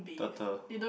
turtle